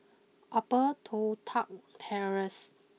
Upper Toh Tuck Terrace